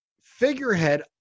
figurehead